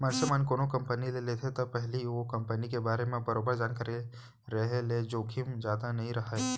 मनसे मन कोनो कंपनी के लेथे त पहिली ओ कंपनी के बारे म बरोबर जानकारी रेहे ले जोखिम जादा नइ राहय